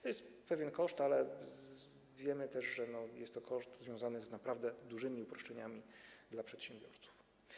To jest pewien koszt, ale wiemy też, że jest to koszt związany z naprawdę dużymi uproszczeniami dla przedsiębiorców.